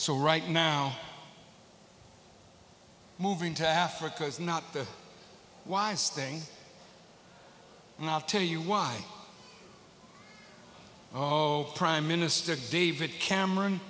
so right now moving to africa is not a wise thing and i'll tell you why oh oh prime minister david cameron